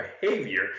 behavior